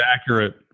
accurate